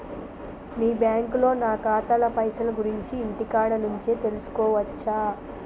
మీ బ్యాంకులో నా ఖాతాల పైసల గురించి ఇంటికాడ నుంచే తెలుసుకోవచ్చా?